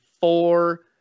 four